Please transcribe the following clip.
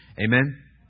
Amen